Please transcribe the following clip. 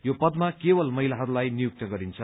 यो पदमा केवल महिलाहरूलाई नियुक्त गरिन्छ